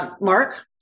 Mark